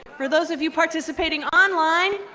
for those of you participating online,